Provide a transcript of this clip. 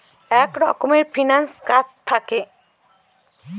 এক রকমের ফিন্যান্স কাজ থাকে